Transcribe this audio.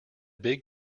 big